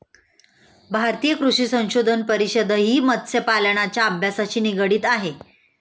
भारतीय कृषी संशोधन परिषदही मत्स्यपालनाच्या अभ्यासाशी निगडित आहे